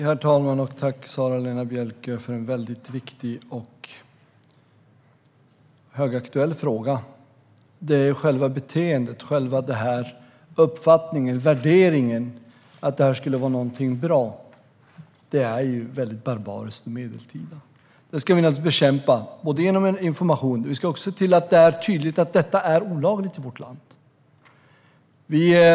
Herr talman! Tack, Sara-Lena Bjälkö, för en väldigt viktig och högaktuell fråga! Det här beteendet, själva uppfattningen och värderingen att det här skulle vara någonting bra, är väldigt barbariskt och medeltida. Det ska vi naturligtvis bekämpa, både genom information och genom att se till att göra tydligt att detta är olagligt i vårt land.